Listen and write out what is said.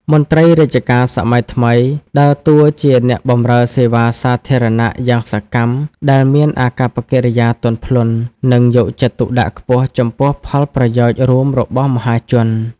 មន្ត្រីរាជការសម័យថ្មីដើរតួជាអ្នកបម្រើសេវាសាធារណៈយ៉ាងសកម្ម ដែលមានអាកប្បកិរិយាទន់ភ្លន់ និងយកចិត្តទុកដាក់ខ្ពស់ចំពោះផលប្រយោជន៍រួមរបស់មហាជន។